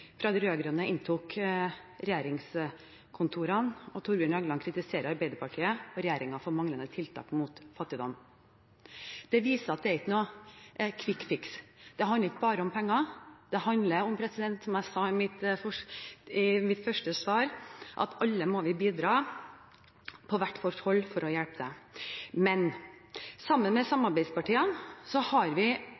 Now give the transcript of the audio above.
fra de rød-grønne inntok regjeringskontorene, og Torbjørn Jagland kritiserte Arbeiderpartiet og regjeringen for manglende tiltak mot fattigdom. Det viser at det er ikke noe «quick fix». Det handler ikke bare om penger. Det handler om, som jeg sa i mitt første svar, at vi alle må bidra på hvert vårt hold for å hjelpe. Men sammen med